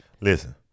Listen